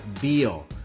Beal